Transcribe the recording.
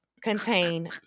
contain